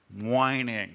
whining